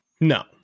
No